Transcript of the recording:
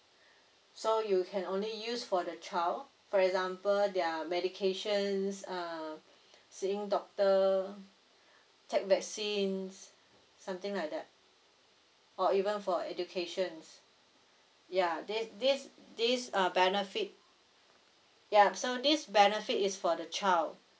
so you can only use for the child for example their medications um seeing doctor take vaccines something like that or even for educations ya this this this uh benefit yup so this benefit is for the child